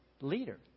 leader